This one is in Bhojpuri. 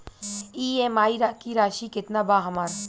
ई.एम.आई की राशि केतना बा हमर?